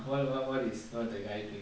what what what is err the guy doing